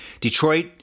Detroit